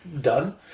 done